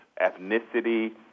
ethnicity